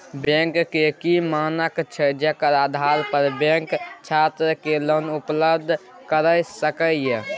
Bank के की मानक छै जेकर आधार पर बैंक छात्र के लोन उपलब्ध करय सके ये?